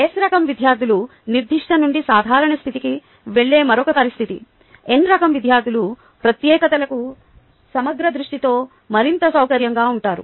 S రకం విద్యార్థులు నిర్దిష్ట నుండి సాధారణ స్థితికి వెళ్ళే మరొక పరిస్థితి N రకం విద్యార్థులు ప్రత్యేకతలకు సమగ్ర దృష్టితో మరింత సౌకర్యంగా ఉంటారు